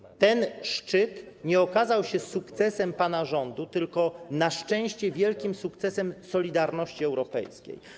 Niestety, ten szczyt nie okazał się sukcesem pana rządu, tylko na szczęście wielkim sukcesem solidarności europejskiej.